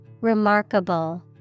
Remarkable